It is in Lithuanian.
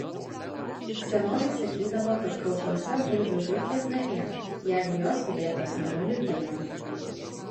senoliai sakydavo kad kaupuose bulvių žiurkės neėda jeigu jos sudėtos mėnuliui dylant